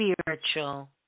spiritual